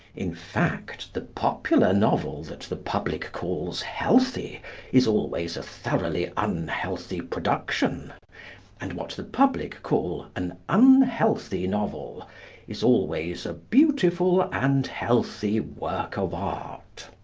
in fact, the popular novel that the public calls healthy is always a thoroughly unhealthy production and what the public call an unhealthy novel is always a beautiful and healthy work of art.